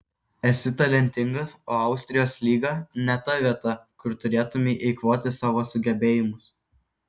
esi talentingas o austrijos lyga ne ta vieta kur turėtumei eikvoti savo sugebėjimus